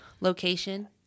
location